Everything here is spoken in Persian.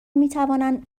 میتوانند